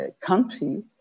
country